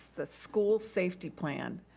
the school safety plan,